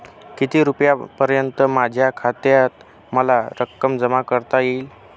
किती रुपयांपर्यंत माझ्या खात्यात मला रक्कम जमा करता येईल?